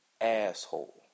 asshole